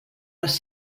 les